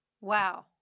Wow